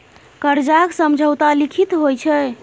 करजाक समझौता लिखित होइ छै